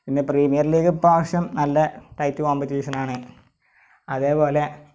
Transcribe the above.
പിന്നെ premier league ഇപ്രാവശ്യം നല്ല ടൈറ്റ് കോമ്പറ്റീഷൻ ആണ് അതെ പോലെ